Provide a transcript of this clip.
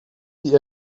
die